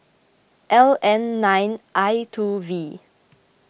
L N nine I two V